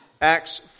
Acts